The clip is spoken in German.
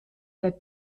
der